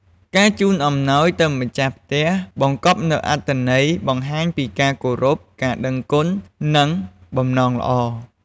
ការជូនអំណោយទៅម្ចាស់ផ្ទះបង្កប់នូវអត្ថន័យដែលបង្ហាញពីការគោរព ការដឹងគុណ និង បំណងល្អ។